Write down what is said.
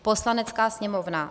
Poslanecká sněmovna